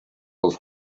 als